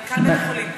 מנכ"ל בית-החולים.